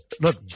look